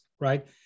right